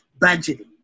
Budgeting